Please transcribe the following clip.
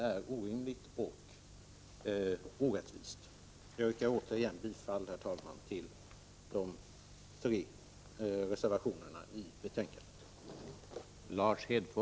Jag yrkar återigen, herr talman, bifall till de tre reservationerna i betänkandet.